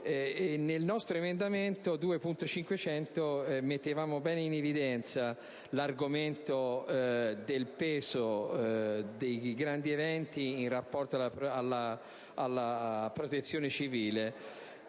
Nel nostro emendamento 2.500 avevamo messo bene in evidenza l'argomento del peso dei grandi eventi in rapporto alla Protezione civile.